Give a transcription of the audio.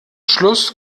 schluss